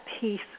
peace